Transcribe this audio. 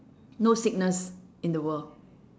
no sickness in the world